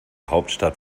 hauptstadt